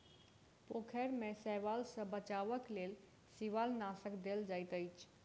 पोखैर में शैवाल सॅ बचावक लेल शिवालनाशक देल जाइत अछि